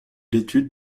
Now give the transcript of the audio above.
l’étude